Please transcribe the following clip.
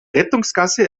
rettungsgasse